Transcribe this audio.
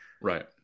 Right